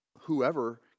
whoever